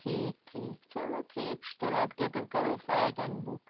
ٹھیٖک ٹھیٖک چلو ٹھیٖک چھُ تیٚلہِ اَدٕ کیٛاہ تیٚلہِ کَرو أسۍ آی ٹٮ۪ن بُک